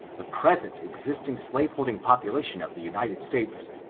the present existing slaveholding population of the united states,